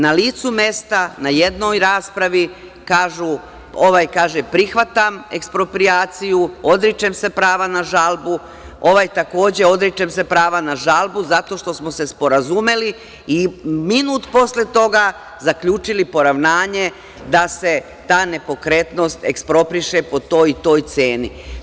Na licu mesta na jednoj raspravi ovaj kaže – prihvatam eksproprijaciju, odričem se prava na žalbu, ovaj takođe – odričem se prava na žalbu zato što smo se sporazumeli i minut posle toga zaključili poravnanje da se ta nepokretnost ekspropriše po toj i toj ceni.